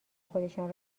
خودشان